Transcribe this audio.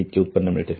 इतके उत्पन्न मिळते